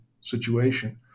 situation